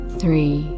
three